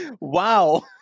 wow